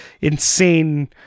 insane